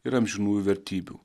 ir amžinųjų vertybių